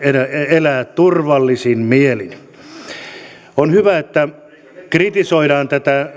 elää turvallisin mielin on hyvä että kritisoidaan tätä